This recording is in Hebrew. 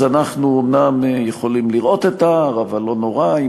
אז אנחנו אומנם יכולים לראות את ההר אבל לא נורא אם